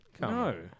No